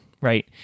right